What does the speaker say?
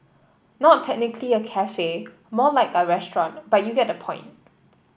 not technically a cafe more like a restaurant but you get the point